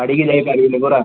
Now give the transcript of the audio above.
ଛାଡ଼ିକି ଯାଇପାରିବିନି ପରା